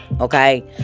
Okay